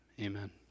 amen